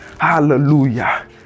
Hallelujah